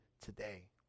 today